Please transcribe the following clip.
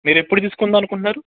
మీరు ఎప్పుడు తీసుకుందాం అనుకుంటున్నారు